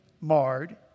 marred